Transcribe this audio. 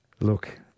look